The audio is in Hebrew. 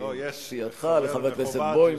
לחבר הכנסת בוים,